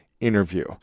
interview